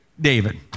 David